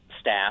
staff